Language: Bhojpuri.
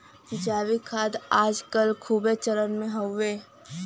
जैविक खाद आज कल खूबे चलन मे हउवे